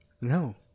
No